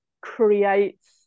creates